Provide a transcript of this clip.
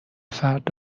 فرد